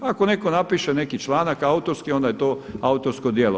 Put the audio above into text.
Ako netko napiše neki članak autorski onda je to autorsko djelo.